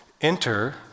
Enter